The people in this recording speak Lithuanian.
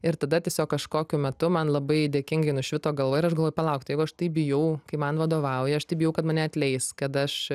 ir tada tiesiog kažkokiu metu man labai dėkingai nušvito galva ir aš galvoju palauk tai jeigu aš taip bijau kai man vadovauja aš bijau kad mane atleis kad aš